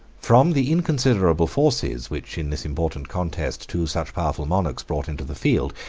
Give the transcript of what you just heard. from the inconsiderable forces which in this important contest two such powerful monarchs brought into the field,